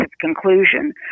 conclusion